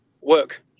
work